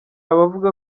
abavuga